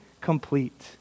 complete